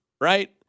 right